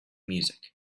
music